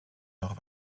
noch